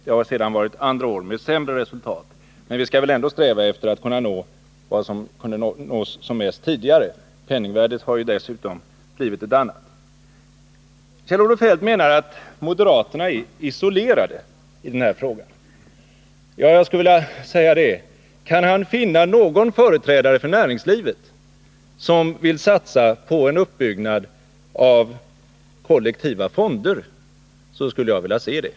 Det har sedan varit andra år med sämre resultat. Men vi skall väl ändå sträva efter att nå vad som kunde nås som mest tidigare. Penningvärdet har ju dessutom blivit ett annat. Kjell-Olof Feldt menar att moderaterna är isolerade i den här frågan. Ja, kan Kjell-Olof Feldt finna någon företrädare för näringslivet som vill satsa på en uppbyggnad av kollektivfonder, så skulle jag vilja se det.